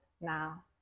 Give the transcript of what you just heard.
now